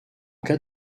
cas